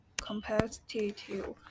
competitive